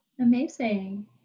Amazing